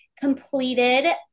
completed